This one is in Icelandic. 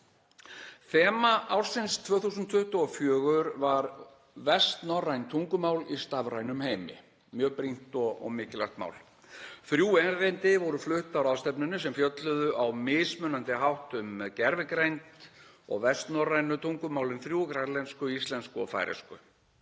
Þema ársins 2024 var vestnorræn tungumál í stafrænum heimi; mjög brýnt og mikilvægt mál. Þrjú erindi voru flutt á ráðstefnunni sem fjölluðu á mismunandi hátt um gervigreind og vestnorrænu tungumálin þrjú; grænlensku, íslensku og færeysku.